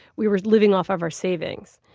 we were living off of our savings.